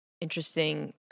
interesting